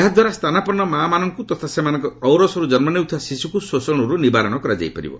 ଏହାଦ୍ୱାରା ସ୍ଥାନାପନ୍ନ ମାମାନଙ୍କୁ ତଥା ସେମାନଙ୍କ ଔରସରୁ ଜନ୍ମ ନେଉଥିବା ଶିଶୁକୁ ଶୋଷଣରୁ ନିବାରଣ କରାଯାଇପାରିବ